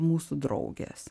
mūsų draugės